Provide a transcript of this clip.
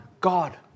God